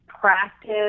practice